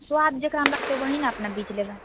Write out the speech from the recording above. सुआद जेकरामे लगतै वही ने अपना बीच लेबै